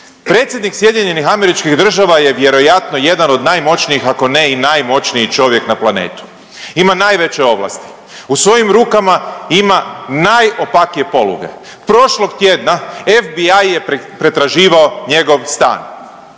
Predsjednik SAD je vjerojatno jedan od najmoćnijih, ako ne i najmoćniji čovjek na planetu, ima najveće ovlasti. U svojim rukama ima najopakije poluge, prošlog tjedna FBI je pretraživao njego stan.